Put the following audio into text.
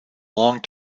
long